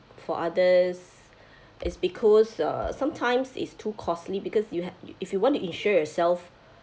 for others it's because uh sometimes it's too costly because you have if you want to insure yourself